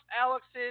Alex's